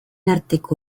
arteko